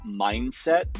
Mindset